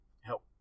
help